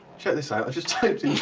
check this out. i've just typed